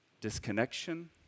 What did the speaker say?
disconnection